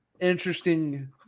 interesting